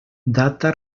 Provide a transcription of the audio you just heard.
data